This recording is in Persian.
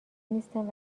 نیستن